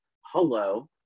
hello